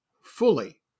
fully